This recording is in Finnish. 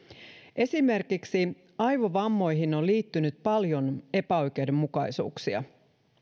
esimerkiksi aivovammoihin on liittynyt paljon epäoikeudenmukaisuuksia